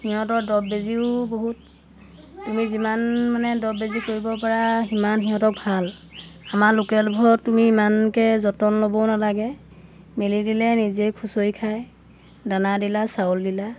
সিহঁতৰ দ্ৰৱ বেজিও বহুত তুমি যিমান মানে দ্ৰৱ বেজি কৰিব পৰা সিমান সিহঁতক ভাল আমাৰ লোকেলবোৰত তুমি ইমানকৈ যতন ল'বও নালাগে মেলি দিলে নিজে খুচৰি খায় দানা দিলা চাউল দিলা